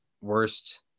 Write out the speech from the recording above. worst